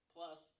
Plus